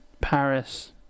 Paris